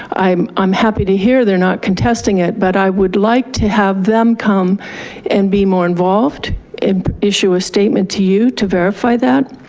i'm i'm happy to hear they're not contesting it. but i would like to have them come and be more involved and issue a statement to you to verify that.